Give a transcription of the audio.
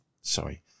sorry